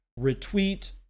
retweet